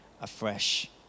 afresh